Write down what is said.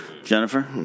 Jennifer